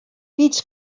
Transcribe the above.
pits